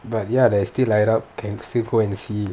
but ya there is still light up can still go and see